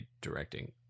directing